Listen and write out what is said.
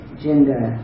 gender